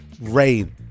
rain